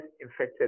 infected